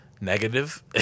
negative